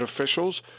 officials